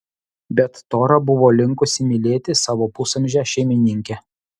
bet tora buvo linkusi mylėti savo pusamžę šeimininkę